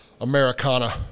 Americana